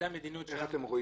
זאת המדיניות שלנו.